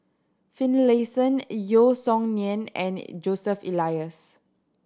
Finlayson Yeo Song Nian and Joseph Elias